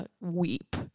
weep